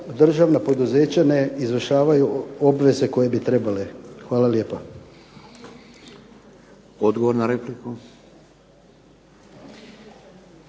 državna poduzeća ne izvršavaju obveze koje bi trebale. Hvala lijepa. **Šeks,